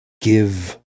give